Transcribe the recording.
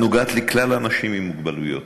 הנוגע לכלל האנשים עם מוגבלויות.